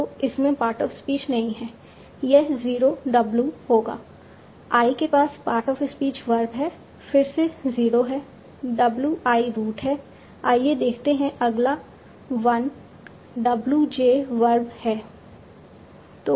तो इसमें part of speech नहीं है यह 0 w होगा I के पास पार्ट ऑफ स्पीच वर्ब है फिर से 0 है W i रूट है आइए देखते हैं अगला 1 w j वर्ब है